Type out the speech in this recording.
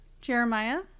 Jeremiah